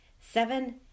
seven